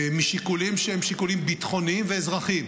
משיקולים שהם שיקולים ביטחוניים ואזרחיים,